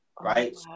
right